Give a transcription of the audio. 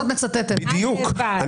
בדיוק.